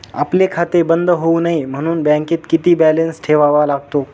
आपले खाते बंद होऊ नये म्हणून बँकेत किती बॅलन्स ठेवावा लागतो?